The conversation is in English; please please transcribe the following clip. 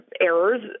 errors